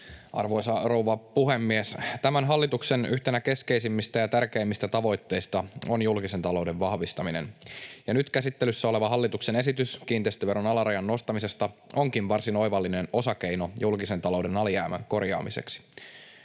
Arvoisa rouva puhemies! Tämän hallituksen yhtenä keskeisimmistä ja tärkeimmistä tavoitteista on julkisen talouden vahvistaminen. Nyt käsittelyssä oleva hallituksen esitys kiinteistöveron alarajan nostamisesta onkin varsin oivallinen osakeino julkisen talouden alijäämän korjaamiseksi.